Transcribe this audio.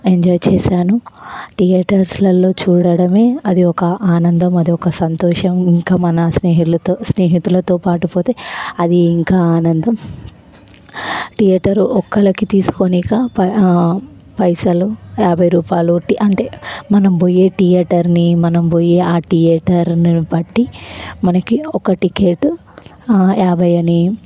enjoy చేశాను థియేటర్స్లల్లో చూడడమే అది ఒక ఆనందం అది ఒక సంతోషం ఇంకా మన స్నేహితులుతో స్నేహితులతో పాటు పోతే అది ఇంకా ఆనందం థియేటర్ ఒక్కరికి తీసుకోని ఇక పైసలు యాభై రూపాయలు అంటే మనం పోయే థియేటర్ని మనం బోయే ఆ థియేటర్ను బట్టి మనకి ఒక టిక్కెటు యాభై అని